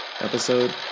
episode